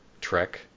Trek